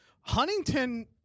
Huntington